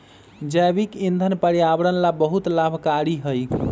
जैविक ईंधन पर्यावरण ला बहुत लाभकारी हई